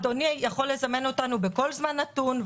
אדוני יכול לזמן אותנו בכל זמן נתון,